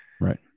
Right